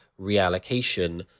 reallocation